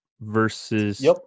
versus